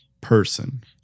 person